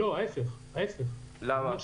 ההיפך הוא הנכון.